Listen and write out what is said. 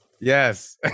yes